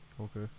Okay